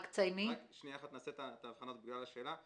ננסח את העניין הזה בצורה יותר